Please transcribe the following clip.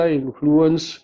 influence